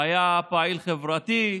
היה פעיל חברתי,